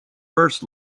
first